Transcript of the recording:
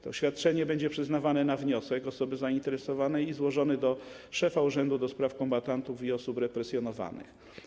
To świadczenie będzie przyznawane na wniosek osoby zainteresowanej złożony do szefa Urzędu do Spraw Kombatantów i Osób Represjonowanych.